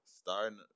Starting